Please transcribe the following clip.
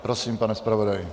Prosím, pane zpravodaji.